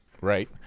right